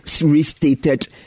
restated